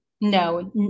no